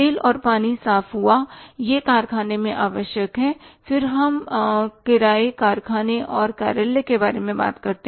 तेल और पानी साफ हुआ यह कारखाने में आवश्यक है फिर हम किराए कारखाने और कार्यालय के बारे में बात करते हैं